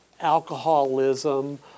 alcoholism